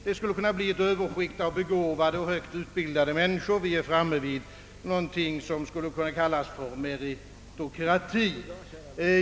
Det skulle bli ett överskikt av begåvade och högt utbildade människor. Vi är framme vid någonting som skulle kunna kallas för meritokrati.